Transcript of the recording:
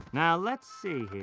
now let's see